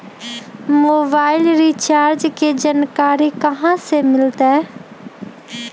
Mobile recharge के जानकारी कहा से मिलतै?